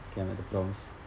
okay I'm at the prompts